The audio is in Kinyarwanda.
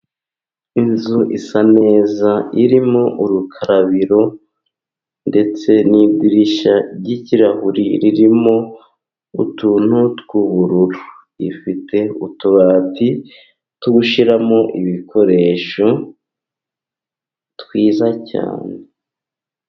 Inzu isa neza，irimo urukarabiro，ndetse n'idirishya ry'ikirahure，ririmo utuntu tw'ubururu，rifite utubati two gushyiramo ibikoresho， twiza cyane.